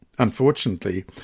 Unfortunately